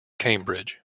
cambridge